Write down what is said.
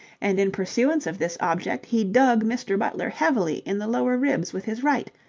and in pursuance of this object he dug mr. butler heavily in the lower ribs with his right,